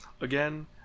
Again